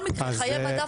חיי מדף